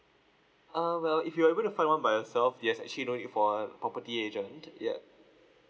uh well if you're able to find one by yourself you actually no need for a property agent yeah